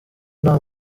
nta